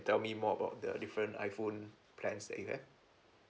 tell me more about the different iphone plans that you have